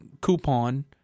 coupon